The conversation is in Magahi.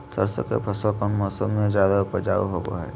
सरसों के फसल कौन मौसम में ज्यादा उपजाऊ होबो हय?